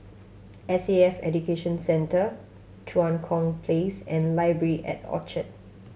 S A F Education Centre Tua Kong Place and Library at Orchard